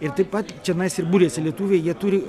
ir taip pat čionais ir buriasi lietuviai jie turi